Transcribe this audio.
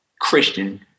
Christian